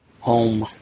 Home